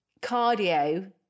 cardio